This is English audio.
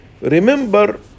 Remember